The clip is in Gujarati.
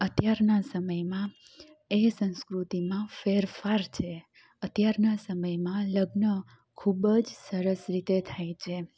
અત્યારના સમયમાં એ સંસ્કૃતિમાં ફેરફાર છે અત્યારના સમયમાં લગ્ન ખૂબ જ સરસ રીતે થાય છે